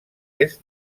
est